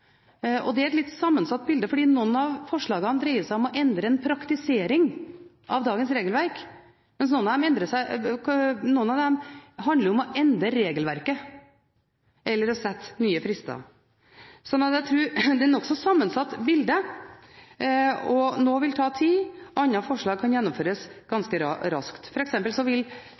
forslagene dreier seg om å endre praktisering av dagens regelverk, mens andre handler om å endre regelverket eller å sette nye frister. Så jeg tror bildet er nokså sammensatt. Noe vil ta tid, andre forslag kan gjennomføres ganske raskt. For eksempel vil det å kunne sette klare krav og klare mål om effektivisering i fagetatene være et tiltak som kan gjennomføres ganske raskt,